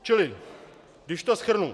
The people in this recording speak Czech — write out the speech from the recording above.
Čili když to shrnu.